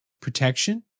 Protection